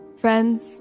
Friends